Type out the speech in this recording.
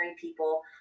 people